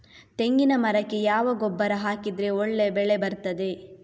ತೆಂಗಿನ ಮರಕ್ಕೆ ಯಾವ ಗೊಬ್ಬರ ಹಾಕಿದ್ರೆ ಒಳ್ಳೆ ಬೆಳೆ ಬರ್ತದೆ?